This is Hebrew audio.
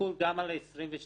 תחול גם על ה-22